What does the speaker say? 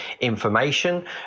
information